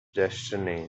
destiny